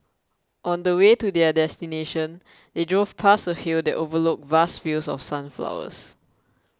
on the way to their destination they drove past a hill that overlooked vast fields of sunflowers